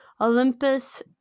Olympus